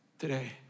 today